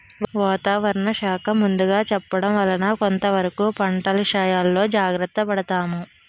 వాతావరణ శాఖ ముందుగా చెప్పడం వల్ల కొంతవరకు పంటల ఇసయంలో జాగర్త పడతాము